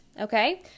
okay